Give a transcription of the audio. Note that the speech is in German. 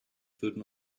würden